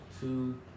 two